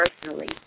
personally